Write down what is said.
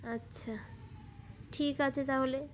আচ্ছা ঠিক আছে তাহলে